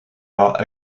are